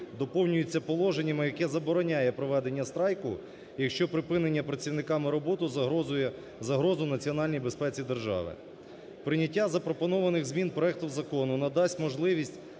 доповнюється положенням, яке забороняє проведення страйку, якщо припинена працівниками робота є загрозою національній безпеці держави. Прийняття запропонованих змін проекту закону надасть можливість